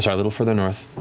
yeah little further north,